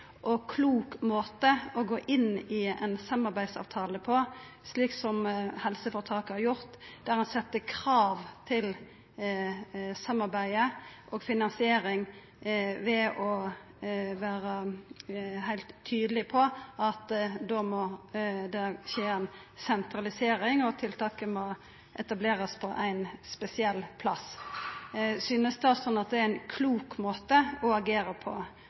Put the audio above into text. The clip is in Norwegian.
og klok måte å gå inn i ein samarbeidsavtale på slik som helseføretaket har gjort, der ein set krav til samarbeidet og finansieringa ved å vera heilt tydeleg på at då må det skje ei sentralisering, og at tiltaket må etablerast på éin spesiell plass. Synest statsråden at det er klokt å agera på